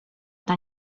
dla